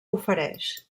ofereix